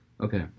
Okay